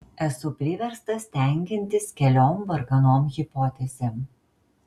esu priverstas tenkintis keliom varganom hipotezėm